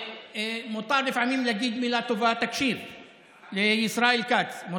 מותר לפעמים להגיד מילה טובה לישראל כץ, תקשיב.